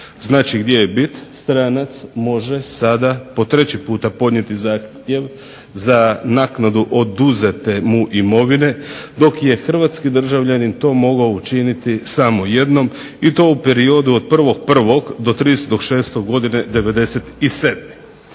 Znači gdje je bit, stranac može sada po treći puta podnijeti zahtjev za naknadu oduzete mu imovine dok je hrvatski državljanin to mogao učiniti samo jednom i to u periodu od 1.1. do 30.6.'97. godine.